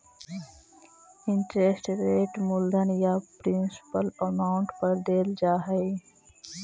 interest rate मूलधन या principal amount पर देल जा हई